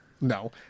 No